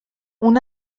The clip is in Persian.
اون